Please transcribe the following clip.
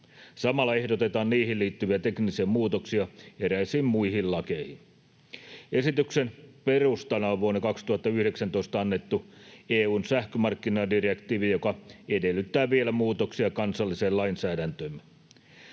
Samalla ehdotetaan niihin liittyviä teknisiä muutoksia eräisiin muihin lakeihin. Esityksen perustana on vuonna 2019 annettu EU:n sähkömarkkinadirektiivi, joka edellyttää vielä muutoksia kansalliseen lainsäädäntöömme.